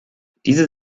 diese